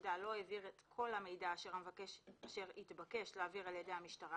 הפקודה לא העביר את כל המידע אשר התבקש להעביר על ידי המשטרה,